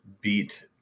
beat